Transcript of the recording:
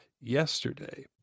yesterday